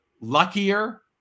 luckier